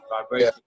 vibration